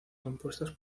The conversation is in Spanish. compuestas